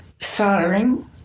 soldering